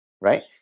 right